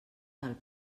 del